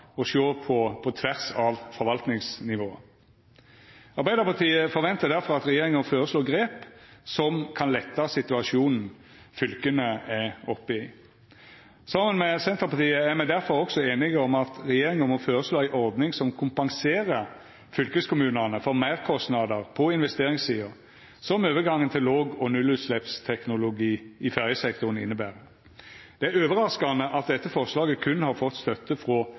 å sjå på på tvers av forvaltningsnivåa. Arbeidarpartiet forventar difor at regjeringa føreslår grep som kan letta situasjonen fylka er oppe i. Saman med Senterpartiet er me difor også einige om at regjeringa må føreslå ei ordning som kompenserer fylkeskommunane for meirkostnader på investeringssida, som overgangen til låg- og nullutsleppsteknologi i ferjesektoren inneber. Det er overraskande at dette forslaget berre har fått støtte frå